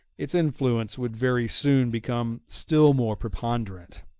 its influence would very soon become still more preponderant.